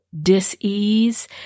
dis-ease